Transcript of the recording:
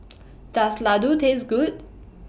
Does Ladoo Taste Good